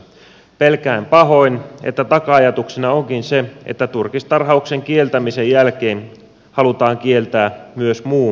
pelkään pahoin että taka ajatuksena onkin se että turkistarhauksen kieltämisen jälkeen halutaan kieltää myös muu kotieläintuotanto